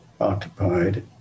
occupied